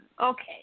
Okay